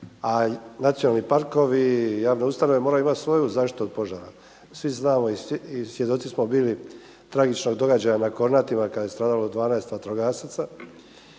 a nacionalni parkovi i javne ustanove moraju imati svoju zaštitu od požara. Svi znamo i svjedoci smo bili tragičnog događaja na Kornatima kada je stradalo 12 vatrogasaca